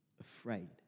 afraid